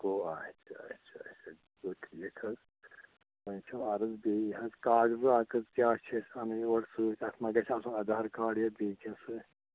گوٚو اچھا اچھا اچھا گوٚو ٹھیٖک حٕٲز وَنۍ چھُ عرٕض بیٚیہِ حظ کاغَز واغَز کیا چھِ اسہِ اَنٕنۍ اورٕ سۭتۍ اَتھ مہ حٲز گوٚژھ آسُن اَدہار کارڈ یا بیٚیہِ کینٛہہ سۭتۍ